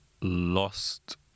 lost